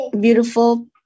beautiful